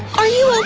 are you okay?